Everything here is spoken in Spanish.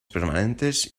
permanentes